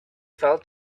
fell